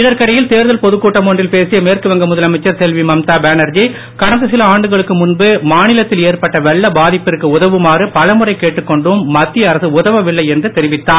இதற்கிடையில்தேர்தல் பொதுக் கூட்டம் ஒன்றில் பேசிய மேற்குவங்க முதலமைச்சர் செல்வி மம்தா பேனர்ஜி கடந்த சில ஆண்டுகளுக்கு முன்பு மாநிலத்தில் ஏற்பட்ட வெள்ள பாதிப்பிற்கு உதவுமாறு பலமுறை கேட்டுக் கொண்டும் மத்திய அரசு உதவவில்லை என்று தெரிவித்தார்